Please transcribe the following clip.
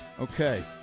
Okay